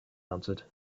answered